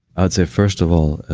i would say, first of all,